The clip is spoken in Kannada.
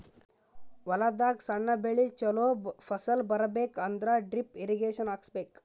ಹೊಲದಾಗ್ ಸಣ್ಣ ಬೆಳಿ ಚೊಲೋ ಫಸಲ್ ಬರಬೇಕ್ ಅಂದ್ರ ಡ್ರಿಪ್ ಇರ್ರೀಗೇಷನ್ ಹಾಕಿಸ್ಬೇಕ್